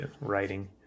writing